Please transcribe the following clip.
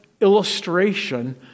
illustration